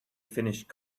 finished